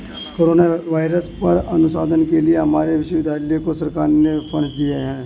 corona virus पर अनुसंधान के लिए हमारे विश्वविद्यालय को सरकार ने फंडस दिए हैं